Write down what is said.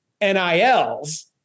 NILs